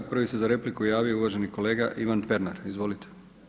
Prvi se za repliku javio uvaženi kolega Ivan Pernar, izvolite.